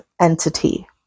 entity